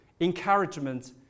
encouragement